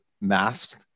masked